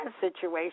situation